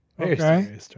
Okay